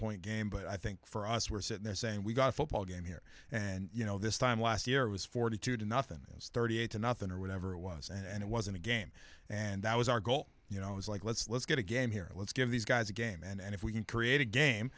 point game but i think for us we're sitting there saying we've got a football game here and you know this time last year was forty two to nothing it was thirty eight to nothing or whatever it was and it wasn't a game and that was our goal you know it was like let's let's get a game here let's give these guys a game and if we can create a game